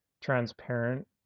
transparent